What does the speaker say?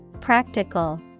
Practical